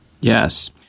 Yes